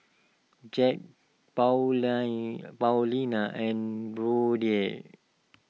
Jax Pauline Paulina and Brodie